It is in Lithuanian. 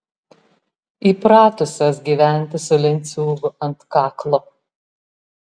įpratusios gyventi su lenciūgu ant kaklo